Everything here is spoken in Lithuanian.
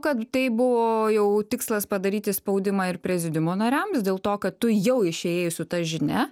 kad tai buvo jau tikslas padaryti spaudimą ir prezidiumo nariams dėl to kad tu jau išėjai su ta žinia